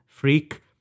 freak